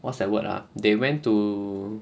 what's that word ah they went to